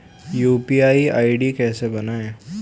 UPI ID कैसे बनाएं?